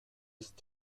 ist